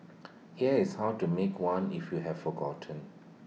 here's how to make one if you have forgotten